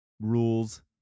Rules